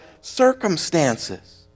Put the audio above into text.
circumstances